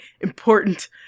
important